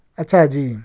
اچھا جی